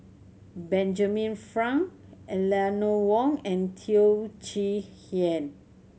Benjamin Frank Eleanor Wong and Teo Chee Hean